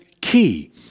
key